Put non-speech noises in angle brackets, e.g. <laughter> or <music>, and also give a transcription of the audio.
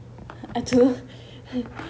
I don't I <breath>